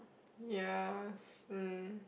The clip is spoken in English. ya s~ mm